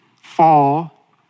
fall